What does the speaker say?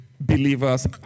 believers